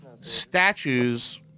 statues